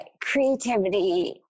creativity